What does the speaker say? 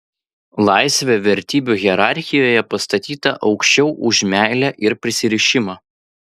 laisvė vertybių hierarchijoje pastatyta aukščiau už meilę ir prisirišimą